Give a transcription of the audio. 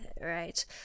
Right